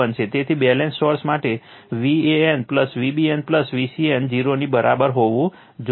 તેથી balance source માટે Van Vbn Vcn 0 ની બરાબર હોવું જોઈએ